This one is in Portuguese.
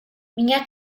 minha